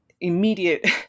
immediate